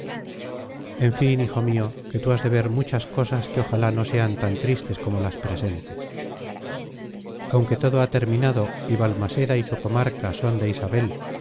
en fin hijo mío que tú has de ver muchas cosas que ojalá no sean tan tristes como las presentes aunque todo ha terminado y balmaseda y su comarca son de isabel